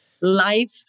life